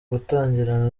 gutangirana